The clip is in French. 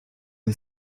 les